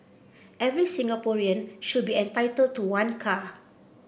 every Singaporean should be entitled to one car